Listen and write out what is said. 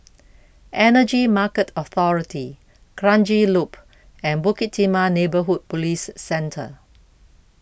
Energy Market Authority Kranji Loop and Bukit Timah Neighbourhood Police Centre